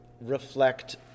reflect